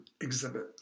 exhibit